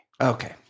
Okay